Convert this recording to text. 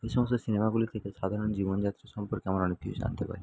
এই সমস্ত সিনেমাগুলি থেকে সাধারণ জীবনযাত্রা সম্পর্কে আমরা অনেক কিছু জানতে পারি